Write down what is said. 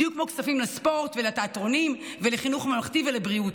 בדיוק כמו כספים לספורט ולתיאטרונים ולחינוך ממלכתי ולבריאות.